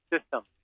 system